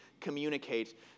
communicate